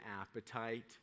appetite